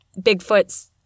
Bigfoot's